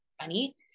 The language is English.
funny